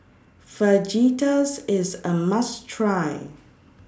Fajitas IS A must Try